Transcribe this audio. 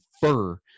fur